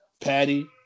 Patty